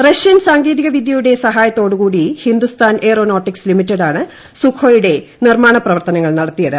Russian സാങ്കേതിക വിദ്യയുടെ സഹായത്തോടുകൂടി ഹിന്ദുസ്ഥാൻ എയ്റോ നോട്ടിക്സ് ലിമിറ്റഡാണ് സുഖോയ് യുടെ നിർമാണ പ്രവർത്തനങ്ങൾ നടത്തിയത്